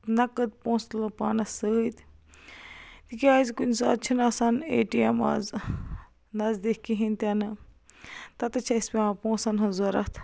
نَقٕد پونٛسہٕ تُلن پانس سۭتۍ تِکیٛازِ کُنہِ ساتہٕ چھِنہٕ آسان اے ٹی ایٚم آز نزدیٖک کِہیٖنۍ تہِ نہٕ تَتھ چھِ اسہِ پیٚوان پونٛسن ہٕنٛز ضرورَت